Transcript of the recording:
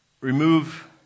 Remove